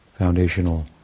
foundational